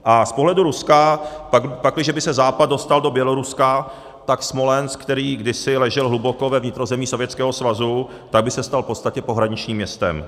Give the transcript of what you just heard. A z pohledu Ruska, pakliže by se Západ dostal do Běloruska, tak Smolensk, který kdysi ležel hluboko ve vnitrozemí Sovětského svazu, by se stal v podstatě pohraničním městem.